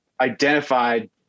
identified